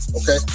Okay